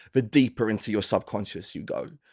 the deeper into your subconscious you go.